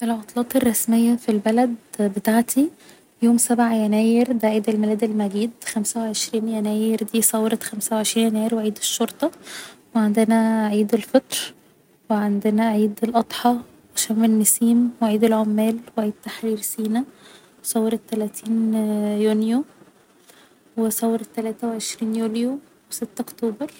العطلات الرسمية في البلد بتاعتي يوم سبعة يناير ده عيد الميلاد المجيد خمسة و عشرين يناير دي ثورة خمسة و عشرين يناير و عيد الشرطة و عندنا عيد الفطر و عندنا عيد الاضحى و شم النسيم و عيد العمال و عيد تحرير سينا و ثورة تلاتين يونيو و ثورة تلاتة و عشرين يوليو و ستة اكتوبر